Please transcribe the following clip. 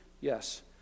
Yes